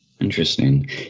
Interesting